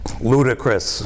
ludicrous